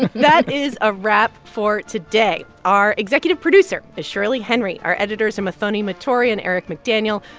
that is a wrap for today. our executive producer is shirley henry. our editors are muthoni muturi and eric mcdaniel.